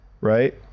right